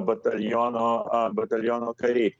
bataliono a bataliono kariai